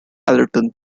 allerton